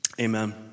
amen